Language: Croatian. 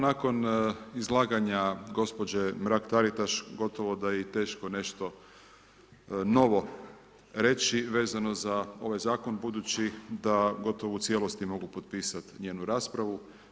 Nakon izlaganje gospođe Mrak Taritaš, gotovo da je teško nešto novo reći, vezano za ovaj zakon, budući da gotovo u cijelosti mogu potpisati jednu raspravu.